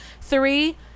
Three